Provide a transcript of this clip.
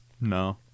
No